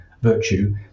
virtue